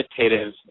meditative